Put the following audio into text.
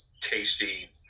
tasty